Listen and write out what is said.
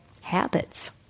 habits